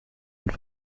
und